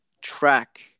track